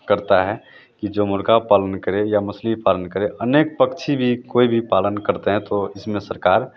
करता है कि जो मुर्ग़ा पालन करे या मसली पालन करे अनेक पक्षी भी कोई भी पालन करते हैं तो इसमें सरकार